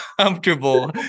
comfortable